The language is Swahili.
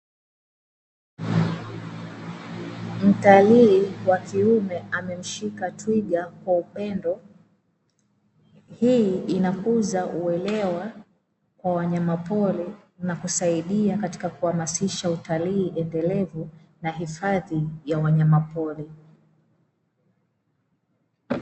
Mtalii wakiume amemshika twiga kwa upendo, hii inakuza uelewa wa wanyama pori na kusaidia katika kuhamasisha utalii endelevu na hifadhi ya wanyama pori.